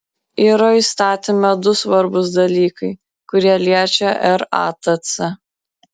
yra įstatyme du svarbūs dalykai kurie liečia ratc